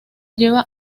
lleva